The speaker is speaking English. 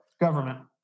government